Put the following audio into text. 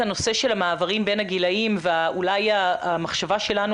הנושא של המעברים בין הגילאים ואולי המחשבה שלנו